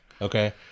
Okay